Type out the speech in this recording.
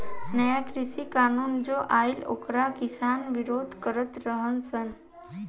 नया कृषि कानून जो आइल ओकर किसान विरोध करत रह सन